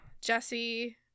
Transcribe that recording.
Jesse